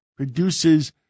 reduces